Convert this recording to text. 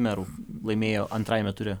merų laimėjo antrajame ture